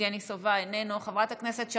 חבר הכנסת יבגני סובה,